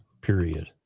Period